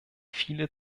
viele